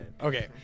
Okay